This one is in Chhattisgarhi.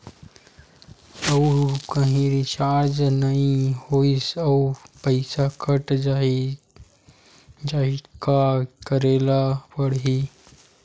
आऊ कहीं रिचार्ज नई होइस आऊ पईसा कत जहीं का करेला पढाही?